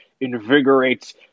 invigorates